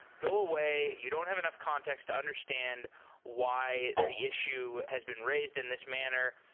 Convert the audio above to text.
go away. you don't have enough context to understand why the issue has been raised in this manner.